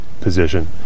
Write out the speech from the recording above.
position